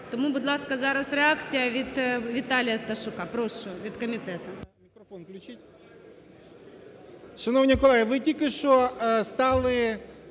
Тому, будь ласка, зараз реакція від Віталія Сташука. Прошу, від комітету.